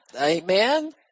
Amen